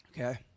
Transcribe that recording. Okay